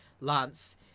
Lance